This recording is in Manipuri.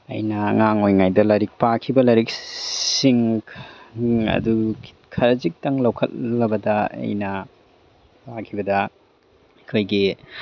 ꯑꯩꯅ ꯑꯉꯥꯡ ꯑꯣꯏꯔꯤꯉꯩꯗ ꯂꯥꯏꯔꯤꯛ ꯄꯥꯈꯤꯕ ꯂꯥꯏꯔꯤꯛꯁꯤꯡ ꯑꯗꯨ ꯈꯖꯤꯛꯇꯪ ꯂꯧꯈꯠꯂꯕꯗ ꯑꯩꯅ ꯄꯥꯈꯤꯕꯗ ꯑꯩꯈꯣꯏꯒꯤ